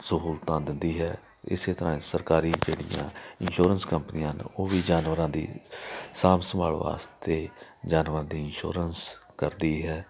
ਸਹੂਲਤਾਂ ਦਿੰਦੀ ਹੈ ਇਸੇ ਤਰ੍ਹਾਂ ਸਰਕਾਰੀ ਜਿਹੜੀਆਂ ਇੰਸ਼ੋਰੈਂਸ ਕੰਪਨੀਆਂ ਨੇ ਉਹ ਵੀ ਜਾਨਵਰਾਂ ਦੀ ਸਾਂਭ ਸੰਭਾਲ ਵਾਸਤੇ ਜਾਨਵਰ ਦੀ ਇੰਸ਼ੋਰੈਂਸ ਕਰਦੀ ਹੈ